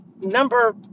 Number